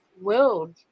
world